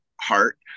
heart